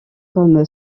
comme